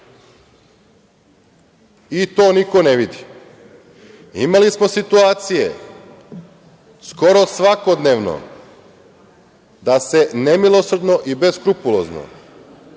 I to niko ne vidi. Imali smo situacije skoro svakodnevno da se nemilosrdno i beskrupulozno